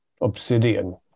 obsidian